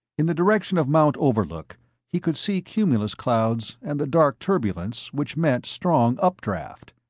in the direction of mount overlook he could see cumulus clouds and the dark turbulence which meant strong updraft.